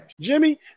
Jimmy